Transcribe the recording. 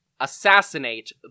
assassinate